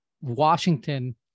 Washington